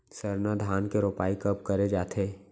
सरना धान के रोपाई कब करे जाथे?